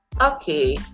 Okay